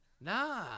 Nah